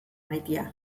maitea